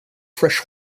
fresh